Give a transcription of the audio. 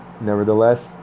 nevertheless